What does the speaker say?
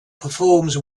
performs